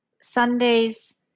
Sundays